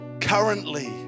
currently